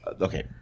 Okay